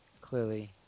Clearly